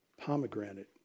pomegranate